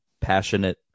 passionate